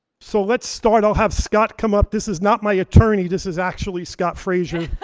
so let's start, i'll have scott come up. this is not my attorney, this is actually scott fraser.